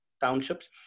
townships